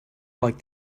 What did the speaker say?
like